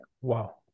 Wow